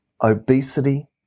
obesity